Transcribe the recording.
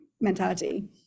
mentality